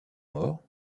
mort